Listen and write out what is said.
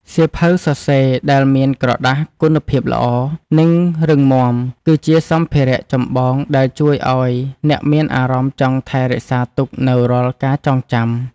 សៀវភៅសរសេរដែលមានក្រដាសគុណភាពល្អ និងរឹងមាំ គឺជាសម្ភារៈចម្បងដែលជួយឱ្យអ្នកមានអារម្មណ៍ចង់ថែរក្សាទុកនូវរាល់ការចងចាំ។